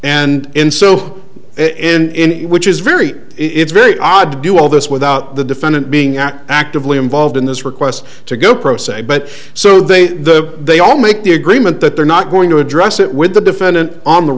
and in so in which is very it's very odd to do all this without the defendant being at actively involved in this request to go pro se but so they the they all make the agreement that they're not going to address it with the defendant on the